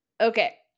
Okay